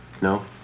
No